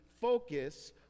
focus